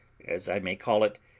as i may call it,